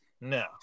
No